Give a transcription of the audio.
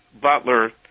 Butler